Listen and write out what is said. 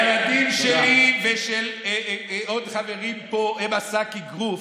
כשהילדים שלי ושל עוד חברים פה הם שק האגרוף,